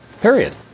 period